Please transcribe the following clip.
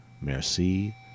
Merci